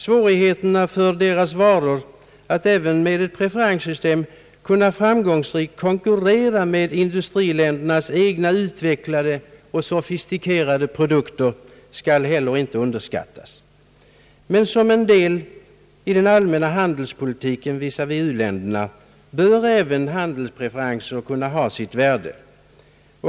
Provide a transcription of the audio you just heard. Svårigheterna för deras varor att, även med ett preferenssystem, framgångsrikt konkurrera med industriländernas egna utvecklade och sofistikerade produkter skall heller inte underskattas. Men som en del i den allmänna handelspolitiken visavi u-länderna bör även handelspreferenser ha sitt värde.